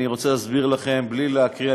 בלי להקריא,